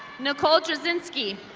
nicole drazinski.